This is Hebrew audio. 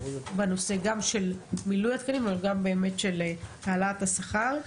בנושא גם של מילוי התקנים אבל גם של העלאת השכר.